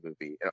movie